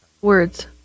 words